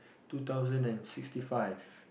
two thousand and sixty five